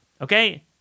Okay